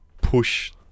push